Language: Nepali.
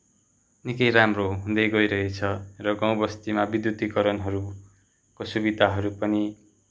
निकै राम्रो हुँदै गइरहेछ र गाउँ बस्तीमा विद्युतीकरणहरूको सुविधाहरू पनि